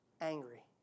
angry